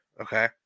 okay